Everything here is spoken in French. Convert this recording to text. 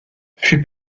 fut